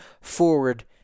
forward